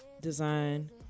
design